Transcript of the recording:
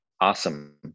awesome